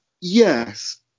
Yes